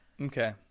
okay